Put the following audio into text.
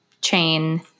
chain